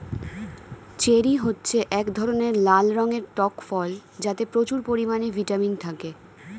cherry হচ্ছে এক ধরনের লাল রঙের টক ফল যাতে প্রচুর পরিমাণে ভিটামিন থাকে